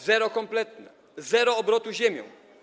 Zero kompletne, zero obrotu ziemią.